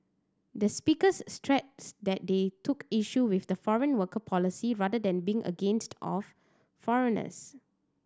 the speakers stressed that they took issue with the foreign worker policy rather than being against of foreigners